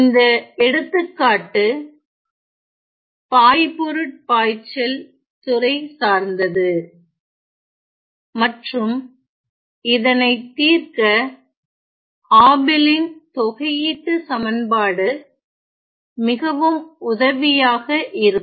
இந்த எடுத்துக்காட்டு பாய்பொருட்பாய்ச்சல் துறை சார்ந்தது மற்றும் இதனை தீர்க்க ஆபெலின் தொகையீட்டு சமன்பாடு மிகவும் உதவியாக இருக்கும்